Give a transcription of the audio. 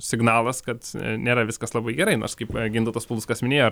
signalas kad nėra viskas labai gerai nors kaip gintautas paluckas minėjo